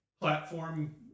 platform